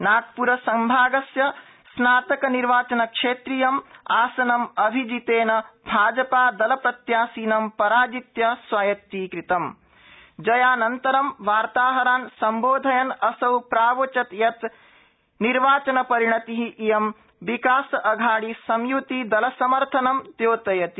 नाग र सम्भागस्य स्नातक निर्वाचनक्षेत्रीयं आसनं अभिजीतेन भाज दलप्रत्याशिनं राजित्य स्वायत्तीकृतम जयानन्तरं वार्ताहरान सम्बोधयन असौ प्रावोचत यत निर्वाचन रिणतिः इयं महाविकासअघाड़ी संय्ति दल समर्थनं द्योतयति